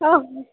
ହଁ